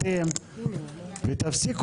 אנחנו יושבים ודנים בחוק כזה שהוא פשוט